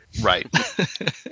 right